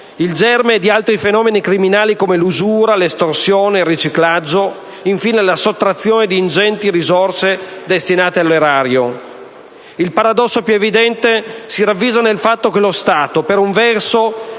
il germe di altri fenomeni criminali come usura, estorsione, riciclaggio; infine, la sottrazione di ingenti risorse destinate all'erario. Il paradosso più evidente si ravvisa nel fatto che lo Stato, per un verso,